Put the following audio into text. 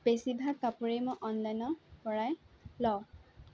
বেছিভাগ কাপোৰেই মই অনলাইনৰ পৰাই লওঁ